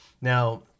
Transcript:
Now